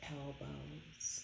elbows